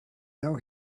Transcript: know